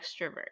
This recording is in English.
extrovert